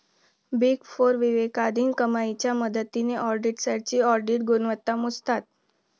big four विवेकाधीन कमाईच्या मदतीने ऑडिटर्सची ऑडिट गुणवत्ता मोजतात